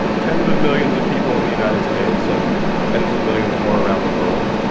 tens of millions of people in the united states and tens of millions more around the world,